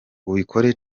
ubikore